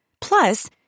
Plus